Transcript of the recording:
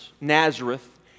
Nazareth